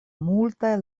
multaj